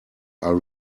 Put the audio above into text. are